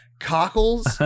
Cockles